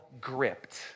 gripped